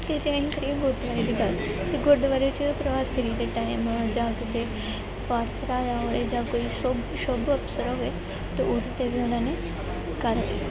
ਅਤੇ ਜੇ ਅਸੀਂ ਕਰੀਏ ਗੁਰਦੁਆਰੇ ਦੀ ਗੱਲ ਤਾਂ ਗੁਰਦੁਆਰੇ 'ਚ ਪ੍ਰਭਾਤ ਫੇਰੀਆਂ ਦੇ ਟਾਈਮ ਜਾਂ ਕਿਸੇ ਪਾਠ ਧਰਾਇਆ ਹੋਵੇ ਜਾਂ ਕੋਈ ਸ਼ੁਭ ਸ਼ੁਭ ਅਵਸਰ ਹੋਵੇ ਅਤੇ ਉਹਦੇ 'ਤੇ ਵੀ ਉਹਨਾਂ ਨੇ ਘਰ